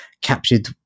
captured